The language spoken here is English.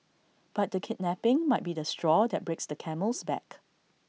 but the kidnapping might be the straw that breaks the camel's back